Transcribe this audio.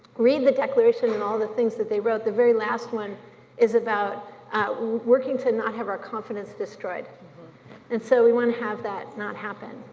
read the declaration and all the things they wrote. the very last one is about working to not have our confidence destroyed and so, we want to have that not happen.